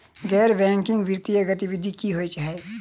गैर बैंकिंग वित्तीय गतिविधि की होइ है?